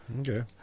Okay